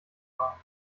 war